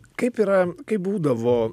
kaip yra kaip būdavo